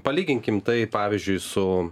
palyginkim tai pavyzdžiui su